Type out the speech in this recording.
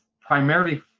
primarily